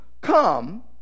come